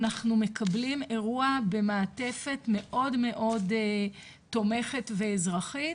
אנחנו מקבלים אירוע במעטפת מאוד מאוד תומכת ואזרחית,